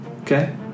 Okay